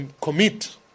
commit